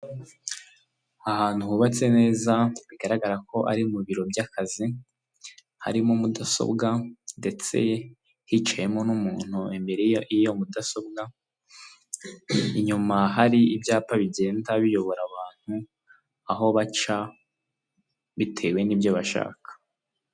Ahantu hubatse neza, bigaragara ko ari mu biro by'akazi, harimo mudasobwa ndetse hicayemo n'umuntu imbere y'iyo mudasobwa, inyuma hari ibyapa bigenda biyobora abantu aho baca bitewe n'ibyo bashaka.